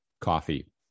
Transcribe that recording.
coffee